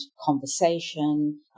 conversation